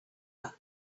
that